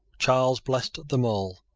charles blessed them all,